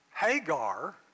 Hagar